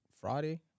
Friday